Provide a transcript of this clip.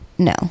No